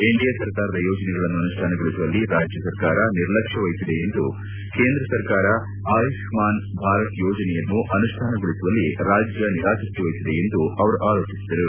NDA ಸರ್ಕಾರದ ಯೋಜನೆಗಳನ್ನು ಅನುಷ್ಠಾನಗೊಳಿಸುವಲ್ಲಿ ರಾಜ್ಯ ಸರ್ಕಾರ ನಿರ್ಲಕ್ಷ್ಯ ವಹಿಸಿದೆ ಕೇಂದ್ರ ಸರ್ಕಾರ ಆಯುಸ್ಹಾನ್ ಭಾರತ್ ಯೋಜನೆಯನ್ನು ಅನುಷ್ಠಾನಗೊಳಿಸುವಳ್ಲಿ ರಾಜ್ಜ ನಿರಾಸಕ್ತಿವಹಿಸಿದೆ ಎಂದು ಆರೋಪಿಸಿದರು